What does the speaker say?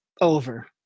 over